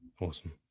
Awesome